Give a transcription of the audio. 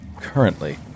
currently